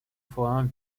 forain